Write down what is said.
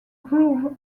groove